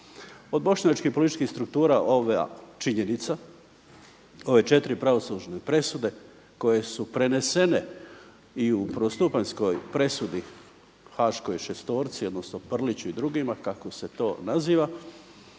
Od bošnjačkih političkih struktura ova činjenica ove četiri pravosudne presude koje su prenesene i u prvostupanjskoj presudi haškoj šestorci odnosno Prliću i drugima kako se to naziva,